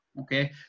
okay